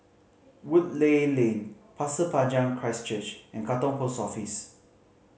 Woodleigh Lane Pasir Panjang Christ Church and Katong Post Office